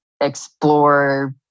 explore